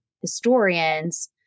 historians